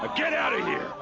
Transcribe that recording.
ah get out of here.